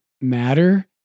matter